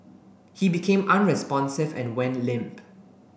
he became unresponsive and went limp